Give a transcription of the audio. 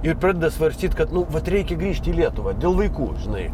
ir pradeda svarstyt kad nu vat reikia grįžti į lietuvą dėl vaikų žinai